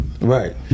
Right